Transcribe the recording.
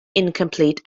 incomplete